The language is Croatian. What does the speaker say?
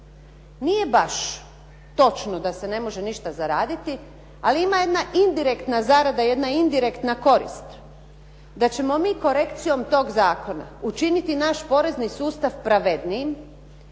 Nije baš točno da se ne može ništa zaraditi ali ima jedna indirektna zarada, jedna indirektna korist da ćemo mi korekcijom toga zakona učiniti naš porezni sustav pravednijim